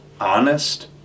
honest